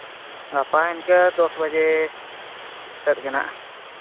ᱜᱟᱯᱟ ᱤᱱᱠᱟᱹ ᱫᱚᱥ ᱵᱟᱡᱮ ᱥᱮᱫ ᱜᱮ ᱱᱟᱦᱟᱸᱜ